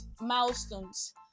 milestones